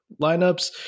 lineups